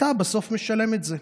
אתה בסוף משלם את זה.